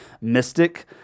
mystic